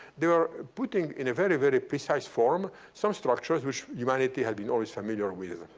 they were putting in a very, very precise form some structures which humanity had been always familiar with.